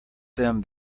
them